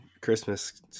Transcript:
Christmas